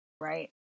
right